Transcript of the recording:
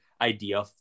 idea